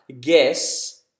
guess